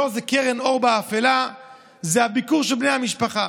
זה קרן אור באפלה זה הביקור של בני המשפחה.